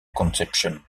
concepción